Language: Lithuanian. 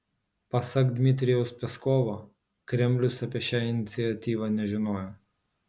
pasak dmitrijaus peskovo kremlius apie šią iniciatyvą nežinojo